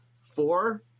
Four